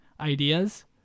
ideas